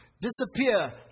Disappear